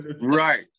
Right